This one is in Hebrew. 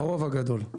הרוב הגדול.